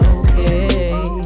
okay